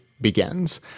begins